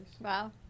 Wow